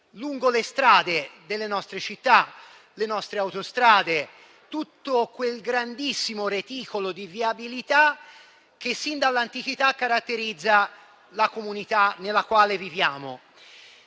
lungo le strade delle nostre città, lungo le nostre autostrade e lungo tutto quel grandissimo reticolo di viabilità che sin dall'antichità caratterizza la comunità nella quale viviamo.